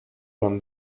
when